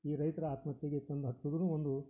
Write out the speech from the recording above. ಈ ರೈತ್ರ ಆತ್ಮಹತ್ಯೆಗೆ ತಂದು ಹಚ್ಚಿದ್ರು ಒಂದು